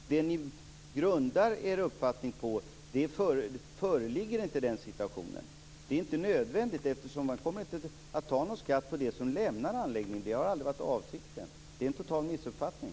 Fru talman! När det gäller gas är inte tanken att ta ut någon avgift. Det förhållande ni grundar er uppfattning på föreligger inte. Det är inte nödvändigt. Man kommer inte att ta ut någon skatt på det som lämnar anläggningen. Det har aldrig varit avsikten. Det är en total missuppfattning.